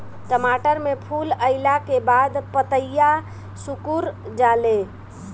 टमाटर में फूल अईला के बाद पतईया सुकुर जाले?